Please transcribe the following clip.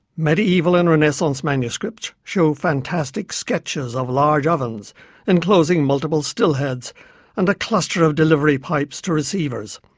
medieval and renaissance manuscripts show fantastic sketches of large ovens enclosing multiple still heads and a cluster of delivery pipes to receivers.